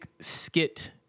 skit